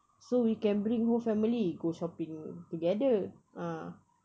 so we can bring whole family go shopping together ha